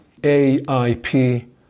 AIP